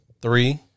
Three